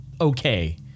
okay